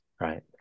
right